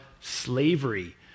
slavery